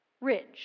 ridge